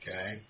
Okay